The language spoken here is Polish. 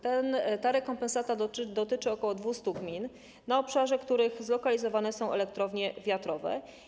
Ta rekompensata dotyczy ok. 200 gmin, na obszarze których zlokalizowane są elektrownie wiatrowe.